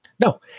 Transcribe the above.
No